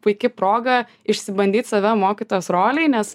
puiki proga išsibandyt save mokytojos rolėj nes